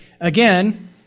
Again